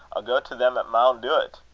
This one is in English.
i'll go to them at maun do't.